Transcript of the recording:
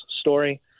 story